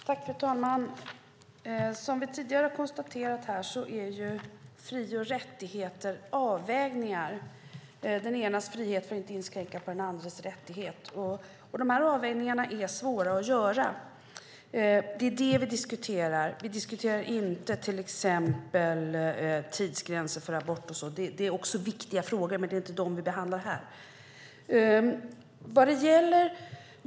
Fru talman! Som vi tidigare har konstaterat här är fri och rättigheter avvägningar. Den enes frihet får inte inskränka den andres rättighet. De här avvägningarna är svåra att göra. Det är det vi diskuterar. Vi diskuterar inte till exempel tidsgränser för abort och liknande. Det är också viktiga frågor, men det är inte de som vi behandlar här.